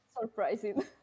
surprising